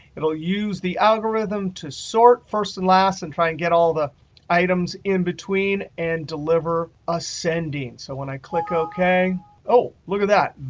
and we'll use the algorithm to sort first and last and try and get all the items in between and deliver ascending. so when i click ok oh, look at that.